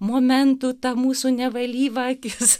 momentų ta mūsų nevalyva akis